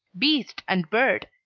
beast and bird,